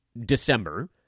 December